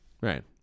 Right